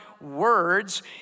words